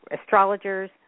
astrologers